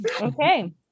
Okay